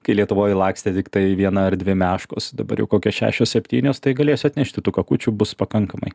kai lietuvoje lakstė tiktai viena ar dvi meškos dabar jau kokios šešios septynios tai galėsiu atnešti tų kakučių bus pakankamai